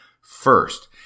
first